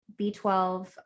b12